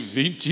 20